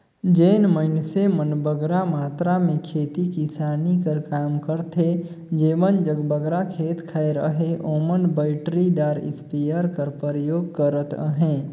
जेन मइनसे मन बगरा मातरा में खेती किसानी कर काम करथे जेमन जग बगरा खेत खाएर अहे ओमन बइटरीदार इस्पेयर कर परयोग करत अहें